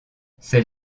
c’est